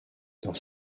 dans